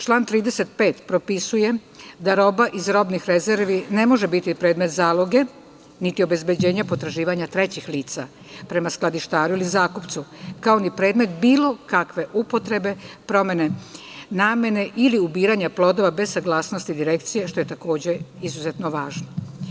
Član 35. propisuje da roba iz robnih rezervi ne može biti predmet zaloge niti obezbeđenja potraživanja trećih lica prema skladištaru ili zakupcu, kao ni predmet bilo kakve upotrebe, promene namene ili ubiranja plodova bez saglasnosti Direkcije, što je takođe izuzetno važno.